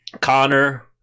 Connor